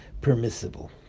permissible